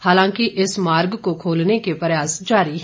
हालांकि इस मार्ग को खोलने के प्रयास जारी हैं